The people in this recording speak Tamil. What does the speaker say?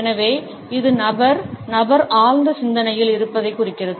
எனவே இது நபர் ஆழ்ந்த சிந்தனையில் இருப்பதைக் குறிக்கிறது